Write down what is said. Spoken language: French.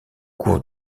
cours